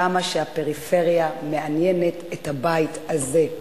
כמה שהפריפריה מעניינת את הבית הזה,